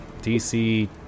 DC